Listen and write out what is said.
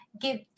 Give